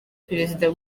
perezida